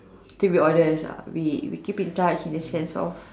to be honest ah we we keep in touch in a sense of